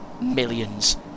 millions